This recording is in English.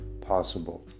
possible